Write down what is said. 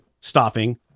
stopping